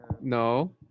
No